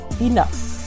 enough